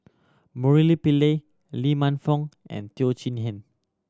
Murali Pillai Lee Man Fong and Teo Chee Hean